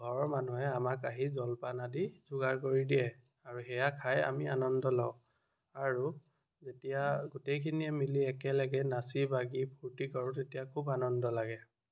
ঘৰৰ মানুহে আমাক আহি জলপান আদি যোগাৰ কৰি দিয়ে আৰু সেইয়া খাই আমি আনন্দ লওঁ আৰু যেতিয়া গোটেইখিনিয়ে মিলি একেলগে নাচি বাগি ফূৰ্তি কৰোঁ তেতিয়া খুব আনন্দ লাগে